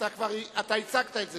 אתה כבר הצגת את זה.